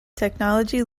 technology